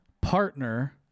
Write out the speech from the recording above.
Partner